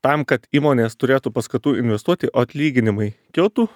tam kad įmonės turėtų paskatų investuoti o atlyginimai kiltų